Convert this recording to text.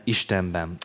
Istenben